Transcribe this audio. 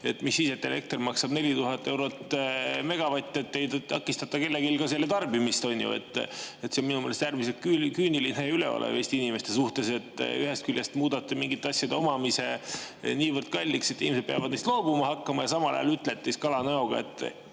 et mis siis, et elekter maksab 4000 eurot megavatt[‑tunnist], see ei takista mitte kellelgi selle tarbimist, on ju. See on minu meelest äärmiselt küüniline ja üleolev Eesti inimeste suhtes. Ühest küljest muudate mingite asjade omamise niivõrd kalliks, et inimesed peavad neist loobuma hakkama, ja samal ajal ütlete kalanäoga, et